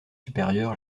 supérieur